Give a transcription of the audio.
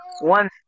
one